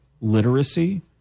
literacy